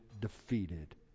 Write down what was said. defeated